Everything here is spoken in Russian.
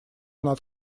над